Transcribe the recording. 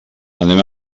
anem